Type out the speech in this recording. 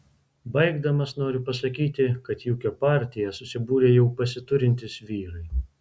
baigdamas noriu pasakyti kad į ūkio partiją susibūrė jau pasiturintys vyrai